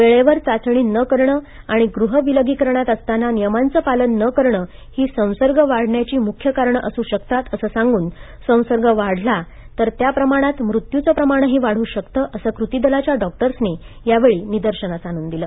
वेळेवर चाचणी न करणं आणि गृह विलगीकरणात असताना नियमांचं पालन न करणं ही संसर्ग वाढण्याची मुख्य कारणं असू शकतात असं सांगून संसर्ग वाढला तर त्या प्रमाणात मृत्युचं प्रमाणही वाढू शकत असं कृती दलाच्या डॉक्टर्सनी यावेळी निदर्शनास आणून दिलं